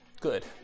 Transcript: good